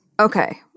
Okay